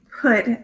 put